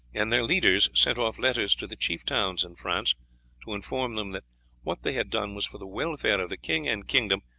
and their leaders sent off letters to the chief towns in france to inform them that what they had done was for the welfare of the king and kingdom,